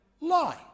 lie